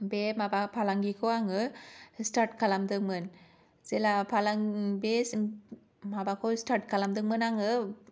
बे माबा फालांगिखौ आङो स्टार्ट खालामदोंमोन जेला फालांगिखौ बे माबाखौ स्टार्ट खालामदोंमोन आङो